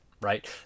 Right